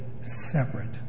separate